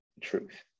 truth